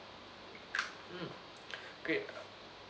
mm great